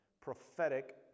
prophetic